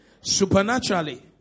Supernaturally